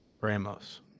Ramos